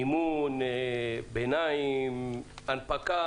מימון ביניים, הנפקה